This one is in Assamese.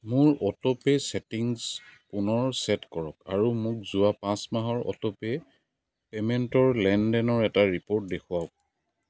মোৰ অটোপে' ছেটিংছ পুনৰ ছেট কৰক আৰু মোক যোৱা পাঁচ মাহৰ অটোপে' পে'মেণ্টৰ লেনদেনৰ এটা ৰিপ'ৰ্ট দেখুৱাওক